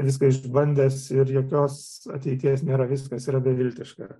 viską išbandęs ir jokios ateities nėra viskas yra beviltiška